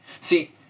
See